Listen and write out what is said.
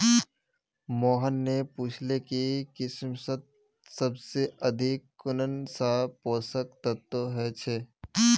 मोहन ने पूछले कि किशमिशत सबसे अधिक कुंन सा पोषक तत्व ह छे